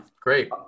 great